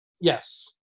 Yes